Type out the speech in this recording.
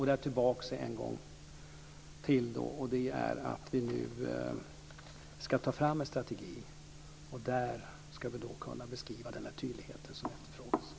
Där är jag tillbaka vid att vi nu ska ta fram en strategi där vi ska kunna beskriva den tydlighet som efterfrågas.